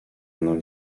mną